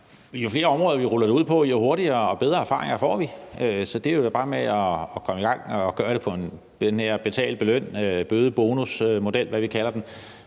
jo flere områder, vi ruller det ud på, jo hurtigere og bedre erfaringer får vi. Så det er bare med at komme i gang og gøre det efter den her betal eller beløn-model eller en